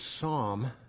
psalm